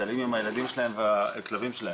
מטיילים עם הילדים והכלבים שלהם.